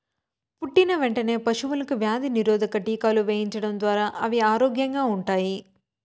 పుట్టిన వెంటనే పశువులకు వ్యాధి నిరోధక టీకాలు వేయించడం ద్వారా అవి ఆరోగ్యంగా ఉంటాయి